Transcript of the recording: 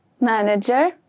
manager